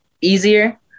easier